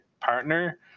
partner